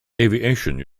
aviation